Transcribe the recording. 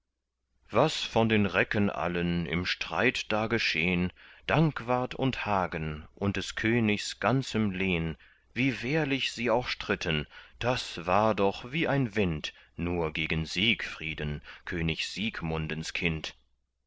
was von den recken allen im streit da geschehn dankwart und hagen und des königs ganzem lehn wie wehrlich sie auch stritten das war doch wie ein wind nur gegen siegfrieden könig siegmundens kind